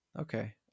Okay